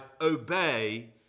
obey